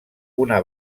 una